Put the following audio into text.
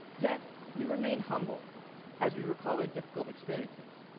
yet, we remain humbled as we recall our difficult experiences.